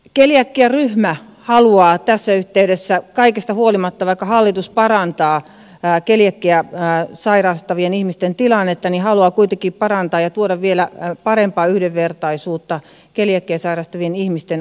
keliakiaryhmä haluaa tässä yhteydessä kaikesta huolimatta vaikka hallitus parantaa keliakiaa sairastavien ihmisten tilannetta kuitenkin tuoda vielä parempaa yhdenvertaisuutta keliakiaa sairastavien ihmisten osalle